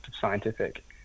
scientific